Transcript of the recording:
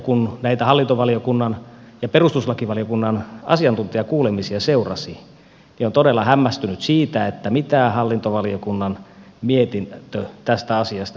kun näitä hallintovaliokunnan ja perustuslakivaliokunnan asiantuntijakuulemisia seurasi niin olen todella hämmästynyt siitä mitä hallintovaliokunnan mietintö tästä asiasta nyt sisältää